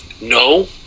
No